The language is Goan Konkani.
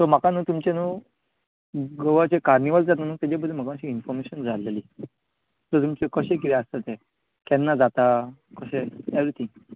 सो म्हाका न्हु तुमचे न्हू गोवाचे कार्निवल जाता न्हू तेचे बद्दल म्हाका मातशी इन्फॉर्मेशन जाय आसलेली ते तुमचे कशें कितें आसता ते केन्ना जाता कशें एवरीथींग